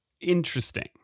Interesting